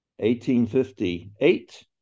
1858